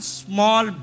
small